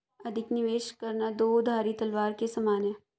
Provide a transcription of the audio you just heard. अधिक निवेश करना दो धारी तलवार के समान है